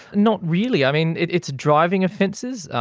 not really. i mean, it's driving offences,